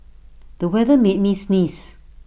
the weather made me sneeze